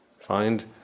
find